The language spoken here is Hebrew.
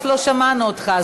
עד עכשיו לא שמענו אותך,